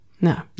no